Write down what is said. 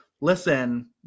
listen